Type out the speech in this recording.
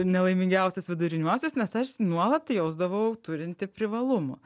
nelaimingiausius viduriniuosius nes aš nuolat jausdavau turinti privalumų